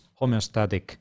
homeostatic